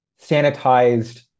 sanitized